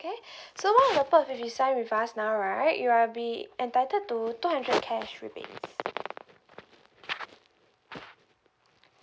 okay so what happen if you sign with us now right you will be entitled to two hundred cash rebates